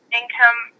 income